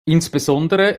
insbesondere